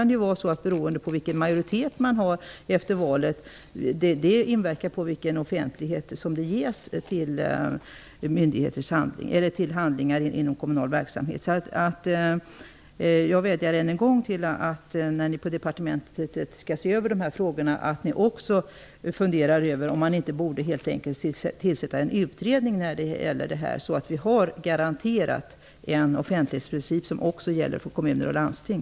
Det kan bli så att det inverkar på vilken offentlighet som gäller myndigheters handlingar inom kommunal verksamhet vilken majoritet det blir efter valet. Jag vädjar än en gång att ni, när ni på departementet skall se över dessa frågor, också funderar över om man helt enkelt inte borde tillsätta en utredning så att vi garanterat får en offentlighetsprincip som också gäller för kommuner och landsting.